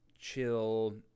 chill